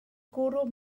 gwrw